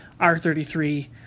R33